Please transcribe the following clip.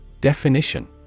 Definition